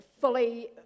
fully